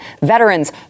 veterans